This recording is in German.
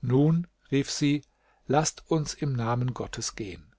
nun rief sie laßt uns im namen gottes gehen